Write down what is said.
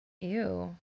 Ew